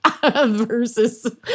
versus